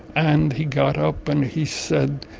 and he got up, and he said,